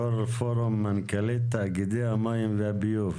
יו"ר פורום מנכ"לי תאגידי המים והביוב,